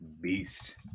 Beast